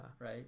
right